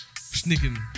sneaking